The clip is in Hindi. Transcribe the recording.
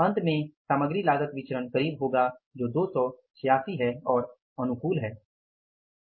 अंत में सामग्री लागत विचरण करीब होगा जो 286 अनुकूल होगा